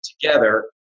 together